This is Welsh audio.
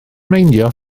meindio